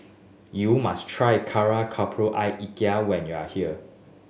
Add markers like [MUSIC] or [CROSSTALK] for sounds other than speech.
you must try kari [UNINTELLIGIBLE] when you are here